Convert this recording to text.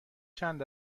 چند